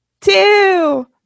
two